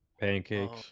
Pancakes